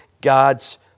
God's